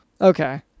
Okay